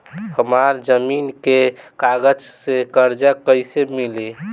हमरा जमीन के कागज से कर्जा कैसे मिली?